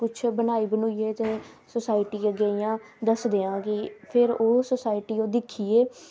कुछ बनाई बनुइयै ते सोसाईटी अग्गें इयां दसदे ऐं कि फिर ओह् सोसाईटी ओह् दिक्खियै